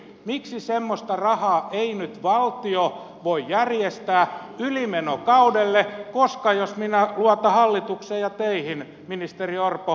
miksi semmoista rahaa ei nyt valtio voi järjestää ylimenokaudelle koska jos minä luotan hallitukseen ja teihin ministeri orpo niin rahaahan on tulossa